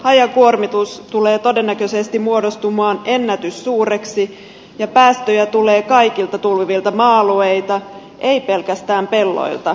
hajakuormitus tulee todennäköisesti muodostumaan ennätyssuureksi ja päästöjä tulee kaikilta tulvivilta maa alueilta ei pelkästään pelloilta